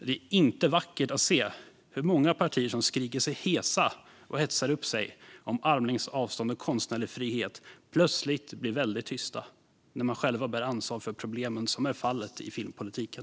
Det är inte vackert att se hur många partier skriker sig hesa och hetsar upp sig om armlängds avstånd och konstnärlig frihet men plötsligt blir väldigt tysta när de själva bär ansvar för problemen, vilket är fallet i filmpolitiken.